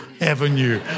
avenue